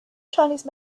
chinese